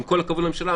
עם כל הכבוד לממשלה,